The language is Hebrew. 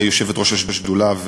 שהיא יושבת-ראש השדולה,